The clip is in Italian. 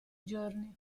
giorni